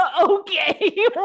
okay